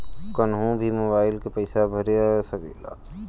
कन्हू भी मोबाइल के पैसा भरा सकीला?